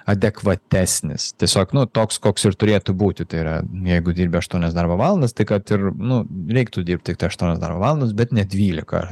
adekvatesnis tiesiog nu toks koks ir turėtų būti tai yra jeigu dirbi aštuonias darbo valandas tai kad ir nu reiktų dirbti tiktai aštuonias darbo valandas bet ne dvylika